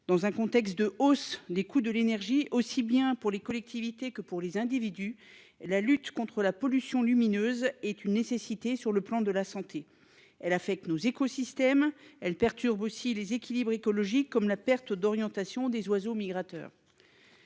Dans un contexte de hausse des coûts de l'énergie aussi bien pour les collectivités que pour les individus. La lutte contre la pollution lumineuse est une nécessité. Sur le plan de la santé. Elle a fait que nos écosystèmes elle perturbe aussi les équilibres écologiques comme la perte d'orientation des oiseaux migrateurs.